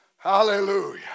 Hallelujah